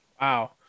Wow